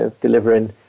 delivering